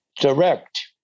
direct